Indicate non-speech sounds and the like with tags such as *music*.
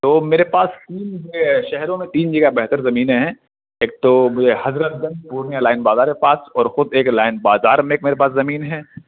تو میرے پاس تین جگہ ہے شہروں میں تین جگہ بہتر زمینیں ہیں ایک تو *unintelligible* حضرت گنج پورنیہ لائن بازار کے پاس اور خود ایک لائن بازار میں ایک میرے پاس زمین ہے